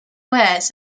wares